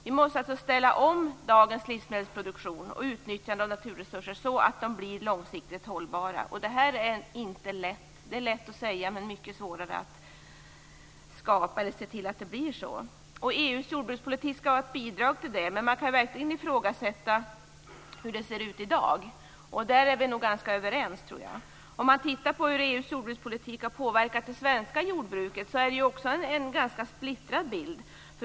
Vi måste alltså ställa om dagens livsmedelsproduktion och utnyttja naturresurserna så att de blir långsiktigt hållbara. Det är inte lätt. Det är lätt att säga det, men mycket svårare att se till att det blir så. EU:s jordbrukspolitik skall vara ett bidrag till detta, men man kan verkligen ifrågasätta hur det ser ut i dag. Där är vi nog ganska överens, tror jag. Om man tittar på hur EU:s jordbrukspolitik har påverkar det svenska jordbruket så är det en ganska splittrad bild.